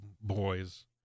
boys